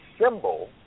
symbol